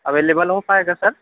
available ہو پائے گا سر